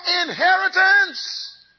inheritance